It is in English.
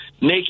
make